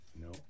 no